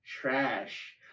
Trash